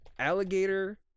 Alligator